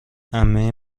عمه